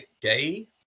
Gay